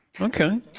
okay